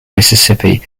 mississippi